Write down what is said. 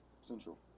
Central